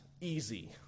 easy